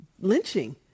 lynching